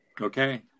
Okay